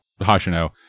Hashino